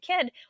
kid